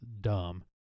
dumb